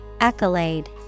Accolade